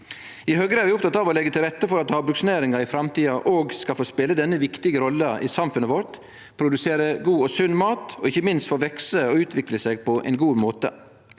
I Høgre er vi opptekne av å leggje til rette for at havbruksnæringa i framtida òg skal få spele denne viktige rolla i samfunnet vårt, produsere god og sunn mat og ikkje minst få vekse og utvikle seg på ein god måte.